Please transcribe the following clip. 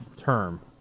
term